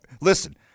listen